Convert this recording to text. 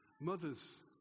mothers